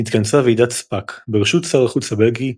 התכנסה ועידת ספאק בראשות שר החוץ הבלגי,